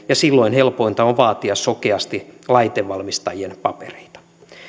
ja silloin helpointa on vaatia sokeasti laitevalmistajien papereita